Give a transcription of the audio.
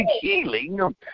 healing